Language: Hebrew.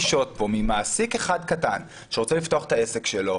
רף הדרישות פה ממעסיק אחד קטן שרוצה לפתוח את העסק שלו,